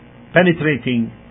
penetrating